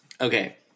Okay